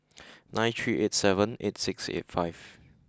nine three eight seven eight six eight five